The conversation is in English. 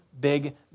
big